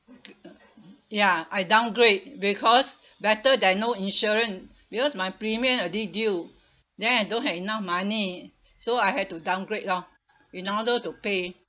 ya I downgrade because better than no insurance because my premium already due then I don't have enough money so I had to downgrade lor in order to pay